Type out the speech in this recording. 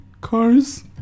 cars